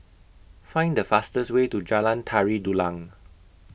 Find The fastest Way to Jalan Tari Dulang